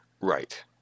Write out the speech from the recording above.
Right